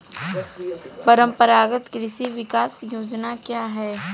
परंपरागत कृषि विकास योजना क्या है?